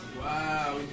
Wow